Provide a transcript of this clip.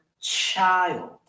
child